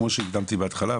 כמו שהקדמתי בהתחלה,